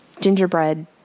gingerbread